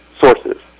sources